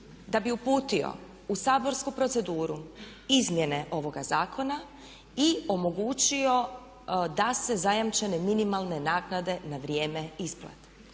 da bi uputio u saborsku proceduru izmjene ovoga zakona i omogućio da se zajamčene minimalne naknade na vrijeme isplate.